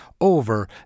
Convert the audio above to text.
over